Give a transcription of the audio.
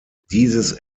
dieses